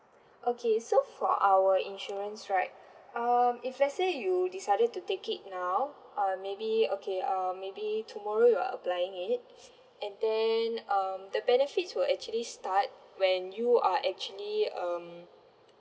okay so for our insurance right um if let's say you decided to take it now uh maybe okay um maybe tomorrow you are applying it and then um the benefits will actually start when you are actually um